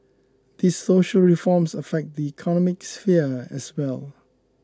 these social reforms affect the economic sphere as well